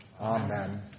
Amen